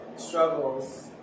struggles